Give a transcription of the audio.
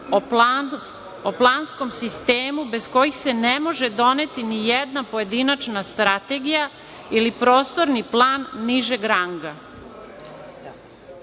o planskom sistemu bez kojih se ne može doneti nijedna pojedinačna strategija ili prostorni plan nižeg